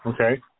Okay